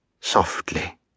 softly